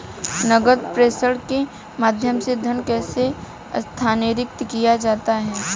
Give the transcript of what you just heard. नकद प्रेषण के माध्यम से धन कैसे स्थानांतरित किया जाता है?